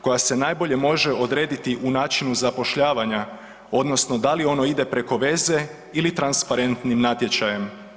koja se najbolje može odrediti u načinu zapošljavanja, odnosno da li ono ide preko veze ili transparentnim natječajem.